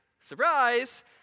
surprise